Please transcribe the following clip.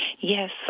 Yes